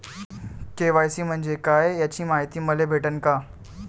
KYC म्हंजे काय याची मायती मले भेटन का?